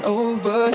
over